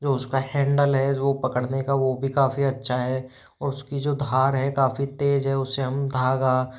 जो उसका हैंडल है जो पकड़ने का वो भी काफ़ी अच्छा है और उसकी जो धार है काफ़ी तेज़ है उसे हम धागा